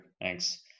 Thanks